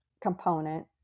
component